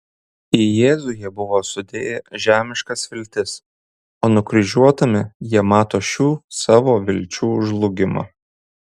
į jėzų jie buvo sudėję žemiškas viltis o nukryžiuotame jie mato šių savo vilčių žlugimą